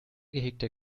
gehegter